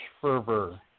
Fervor